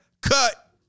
cut